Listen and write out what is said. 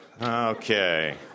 Okay